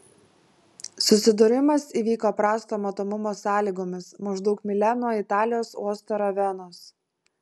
susidūrimas įvyko prasto matomumo sąlygomis maždaug mylia nuo italijos uosto ravenos